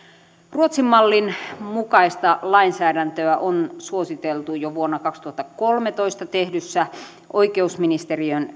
ruotsin mallin mukaista lainsäädäntöä on suositeltu jo vuonna kaksituhattakolmetoista tehdyssä oikeusministeriön